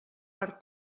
per